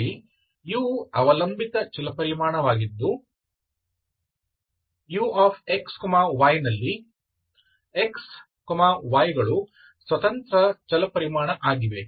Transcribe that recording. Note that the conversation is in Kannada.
ಇಲ್ಲಿ u ಅವಲಂಬಿತ ಚಲಪರಿಮಾಣವಾಗಿದ್ದು uxy ನಲ್ಲಿ xy ಗಳು ಸ್ವತಂತ್ರ ಚಲಪರಿಮಾಣ ಆಗಿವೆ